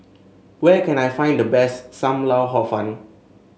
where can I find the best Sam Lau Hor Fun